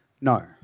No